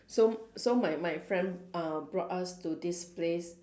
so so my my friend uh brought us to this place